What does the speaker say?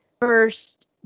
first